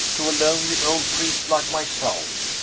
to a lonely old priest like myself.